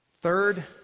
third